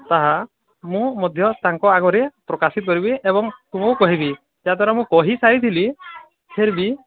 ତାହା ମୁଁ ମଧ୍ୟ ତାଙ୍କ ଆଗରେ ପ୍ରକାଶ କରିବି ଏବଂ ତୁମକୁ କହିବି ଯାହା ଦ୍ୱାରା ମୁଁ କହିସାରିଥିଲି ଫିର ବି